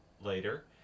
later